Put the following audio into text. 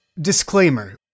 Disclaimer